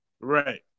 Right